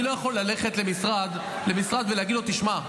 אני לא יכול ללכת למשרד ולהגיד לו: תשמע,